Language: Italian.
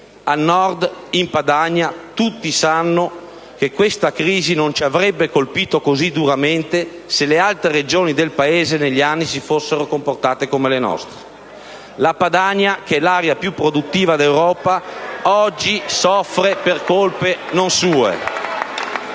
A Nord, in Padania, tutti sanno che questa crisi non ci avrebbe colpito così duramente, se le altre Regioni italiane negli anni si fossero comportate come le nostre. *(Commenti dai banchi del PD).* La Padania, che è l'area più produttiva d'Europa, oggi soffre per colpe non sue